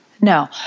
no